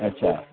अच्छा